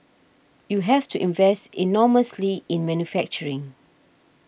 you have to invest enormously in manufacturing